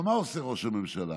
אבל מה עושה ראש הממשלה?